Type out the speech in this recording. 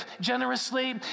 generously